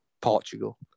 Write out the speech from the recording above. Portugal